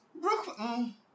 Brooklyn